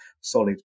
solid